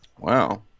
wow